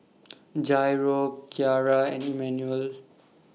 Jairo Kyara and Emanuel